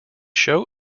show